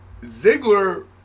Ziggler